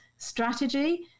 strategy